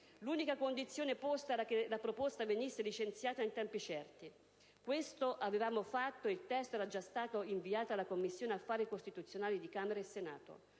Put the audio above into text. L'unica condizione posta era che la proposta venisse licenziata in tempi certi. Questo avevamo fatto e il testo era già stato inviato alla Commissione affari costituzionali di Camera e Senato.